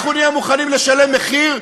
אנחנו נהיה מוכנים לשלם מחיר,